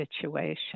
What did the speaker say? situation